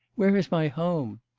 where is my home?